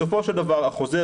בסופו של דבר החוזר,